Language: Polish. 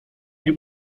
nie